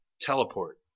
teleport